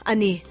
Ani